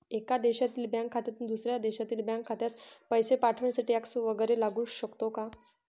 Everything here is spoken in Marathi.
एका देशातील बँक खात्यातून दुसऱ्या देशातील बँक खात्यात पैसे पाठवण्यासाठी टॅक्स वैगरे लागू शकतो का?